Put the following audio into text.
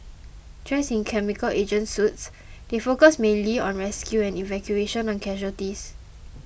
dressed in chemical agent suits they focused mainly on rescue and evacuation of casualties